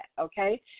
okay